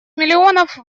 миллионов